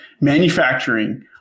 Manufacturing